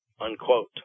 unquote